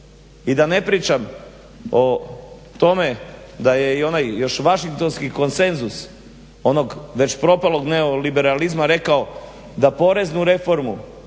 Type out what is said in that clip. I da ne pričam o tome da je i onaj još Washingtonski konsenzus onog već propalog neoliberalizma rekao da poreznu reformu